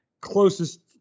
closest